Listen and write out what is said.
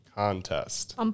contest